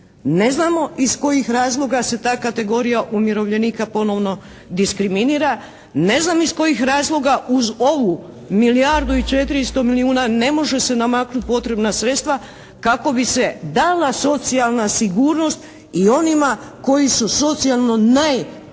Ne znamo iz kojih razloga se ta kategorija umirovljenika ponovno diskriminira, ne znam iz kojih razloga uz ovu milijardu i 400 milijuna ne može se namaknuti potrebna sredstva kako bi se dala socijalna sigurnost i onima koji su socijalno najnesigurniji